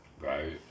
Right